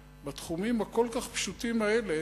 בתחומים הכל כך פשוטים האלה,